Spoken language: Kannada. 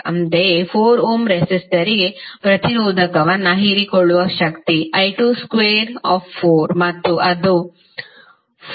ಅಂತೆಯೇ 4 ಓಮ್ ರೆಸಿಸ್ಟರ್ಗೆ ಪ್ರತಿರೋಧಕವನ್ನು ಹೀರಿಕೊಳ್ಳುವ ಶಕ್ತಿ I22 ಮತ್ತು ಅದು 436